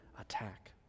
attack